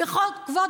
בגדתם